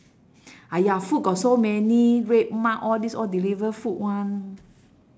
!aiya! food got so many red mart all this all deliver food [one]